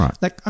Right